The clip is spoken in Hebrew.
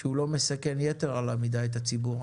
שהוא לא מסכן יתר על המידה את הציבור.